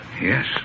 Yes